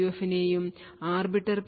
എഫിനെയും arbiter P